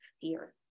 fear